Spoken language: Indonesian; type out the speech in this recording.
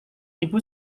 ibu